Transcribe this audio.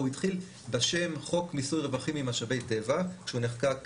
הוא התחיל בשם חוק מיסוי רווחים ממשאבי נפט כשהוא נחקק